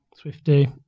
Swifty